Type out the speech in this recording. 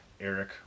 Eric